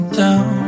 down